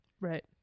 Right